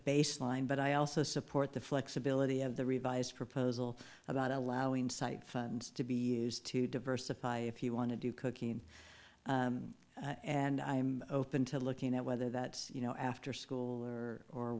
baseline but i also support the flexibility of the revised proposal about allowing site funds to be used to diversify if you want to do cooking and i'm open to looking at whether that you know after school or